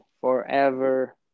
forever